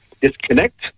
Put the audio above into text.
disconnect